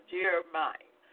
Jeremiah